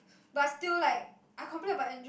but still like I complain about Andrew